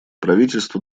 правительства